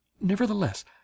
Nevertheless